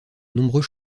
nombreux